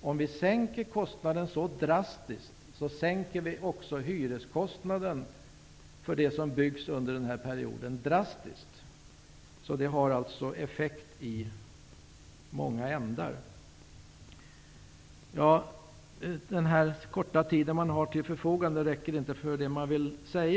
Om vi sänker kostnaden så drastiskt, minskar vi också drastiskt hyreskostnaden för det som byggs under den här perioden. Det här får alltså effekter i många ändar. Den korta taletid som står till förfogande räcker inte till för allt som man vill säga.